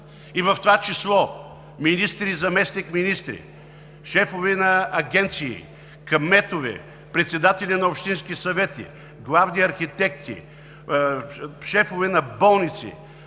и в това число са министри, заместник-министри, шефове на агенции, кметове, председатели на общински съвети, главни архитекти, шефове на болници,